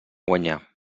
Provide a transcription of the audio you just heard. guanyar